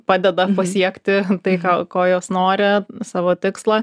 padeda pasiekti tai ką ko jos nori savo tikslą